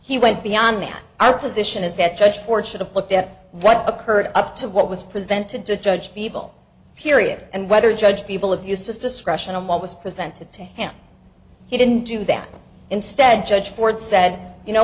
he went beyond that our position is that judge for should have looked at what occurred up to what was presented to judge people period and whether judge people abused just discretion on what was presented to him he didn't do that instead judge ford said you know